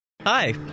Hi